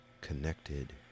connected